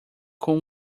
com